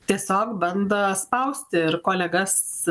tiesiog bando spausti ir kolegas